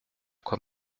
quoi